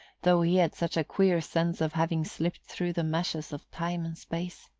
though he had such a queer sense of having slipped through the meshes of time and space.